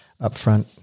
upfront